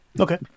Okay